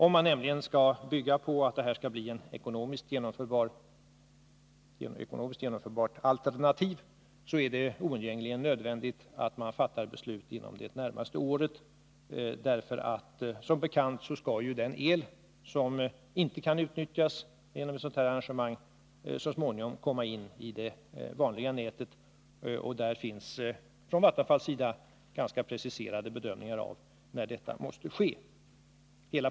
Om man nämligen utgår ifrån att det här skall bli ett ekonomiskt genomförbart alternativ, så är det oundgängligen nödvändigt att fatta beslut inom det närmaste året. Som bekant skall ju den el som inte kan utnyttjas genom det tänkta förfarandet så småningom föras in på det vanliga nätet. Vattenfall har gjort ganska så preciserade bedömningar om när detta måste ske.